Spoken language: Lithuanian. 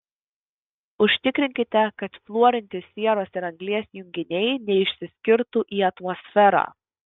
užtikrinkite kad fluorinti sieros ir anglies junginiai neišsiskirtų į atmosferą